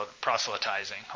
proselytizing